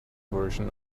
version